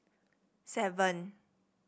seven